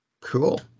Cool